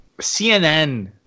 CNN